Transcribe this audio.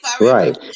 Right